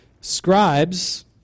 Scribes